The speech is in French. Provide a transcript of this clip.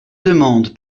demande